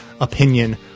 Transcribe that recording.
opinion